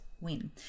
win